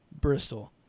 Bristol